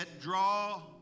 draw